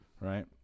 right